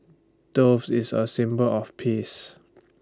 dove is A symbol of peace